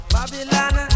Babylon